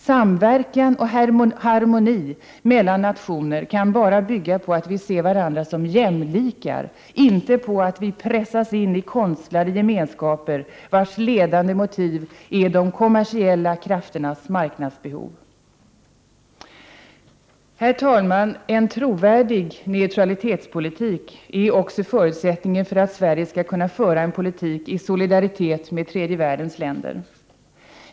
Samverkan och harmoni mellan nationer kan bara bygga på att vi ser varandra som jämlikar, inte på att vi pressas in i konstlade gemenskaper, vars ledande motiv är de kommersiella krafternas marknadsbehov. Herr talman! En trovärdig neutralitetspolitik är förutsättningen för att Sverige skall kunna föra en politik i solidaritet med tredje världens länder.